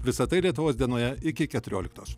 visa tai lietuvos dienoje iki keturioliktos